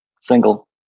Single